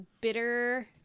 bitter